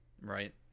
right